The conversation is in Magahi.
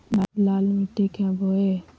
लाल मिट्टी क्या बोए?